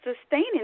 sustaining